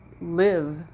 live